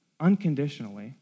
unconditionally